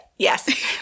Yes